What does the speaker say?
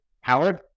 Howard